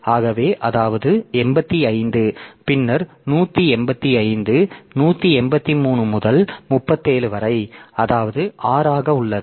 ஆகவே அதாவது 85 பின்னர் 185 183 முதல் 37 வரை அதாவது 6 ஆக உள்ளது